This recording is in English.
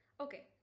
Okay